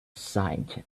sight